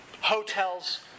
hotels